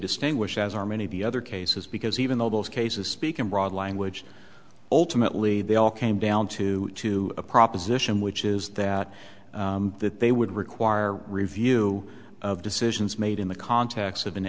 distinguished as are many of the other cases because even though those cases speak in broad language ultimately they all came down to to a proposition which is that that they would require review of decisions in the context of an